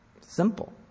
Simple